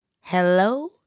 hello